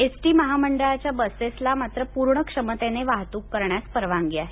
ST महामंडळाच्या बसेसला मात्र पूर्णक्षमतेने वाहतूक करण्यास परवानगी आहे